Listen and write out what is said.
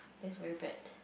that's very bad